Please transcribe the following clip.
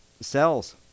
cells